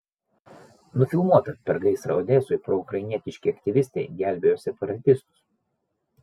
nufilmuota per gaisrą odesoje proukrainietiški aktyvistai gelbėjo separatistus